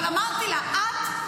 אבל אמרתי לה: את,